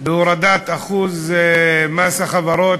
להורדת אחוז מס החברות